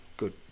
good